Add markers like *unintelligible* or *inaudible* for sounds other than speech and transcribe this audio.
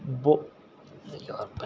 ਬੋ *unintelligible*